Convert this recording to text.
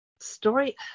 story